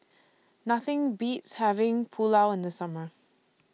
Nothing Beats having Pulao in The Summer